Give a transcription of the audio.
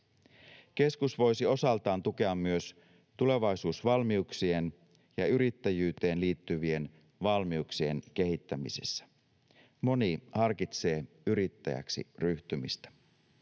Keskus voisi osaltaan tukea myös tulevaisuusvalmiuksien ja yrittäjyyteen liittyvien valmiuksien kehittämisessä. Moni harkitsee yrittäjäksi ryhtymistä.